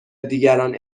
دیگران